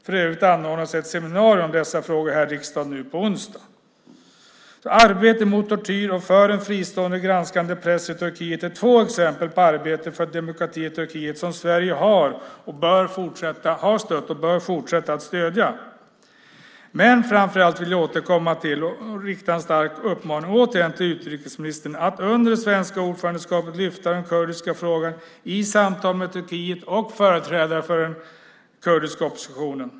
För övrigt anordnas ett seminarium om dessa frågor här i riksdagen nu på onsdag. Arbetet mot tortyr och för en fristående granskande press i Turkiet är två exempel på arbete för demokrati i Turkiet som Sverige har stött och bör fortsätta att stödja. Framför allt vill jag återigen rikta en stark uppmaning till utrikesministern att under det svenska ordförandeskapet lyfta den kurdiska frågan i samtal med Turkiet och företrädare för den kurdiska oppositionen.